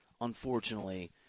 unfortunately